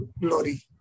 glory